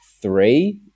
three